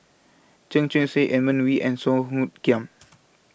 Chu Chee Seng Edmund Wee and Song Hoot Kiam